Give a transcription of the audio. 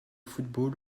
football